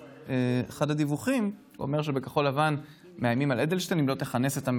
בפניכן את נוסח הצהרת האמונים: "אני מתחייבת לשמור